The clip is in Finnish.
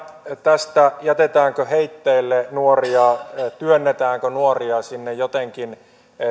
tästä jätetäänkö heitteille nuoria työnnetäänkö nuoria jotenkin sinne